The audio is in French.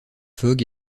fogg